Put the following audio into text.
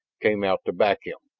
came out to back him.